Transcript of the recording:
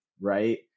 right